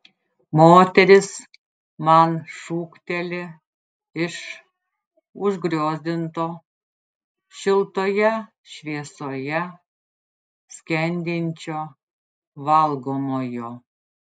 moteris man šūkteli iš užgriozdinto šiltoje šviesoje skendinčio valgomojo